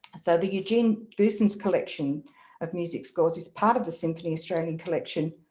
so the eugene goossens collection of music scores is part of the symphony australia collection.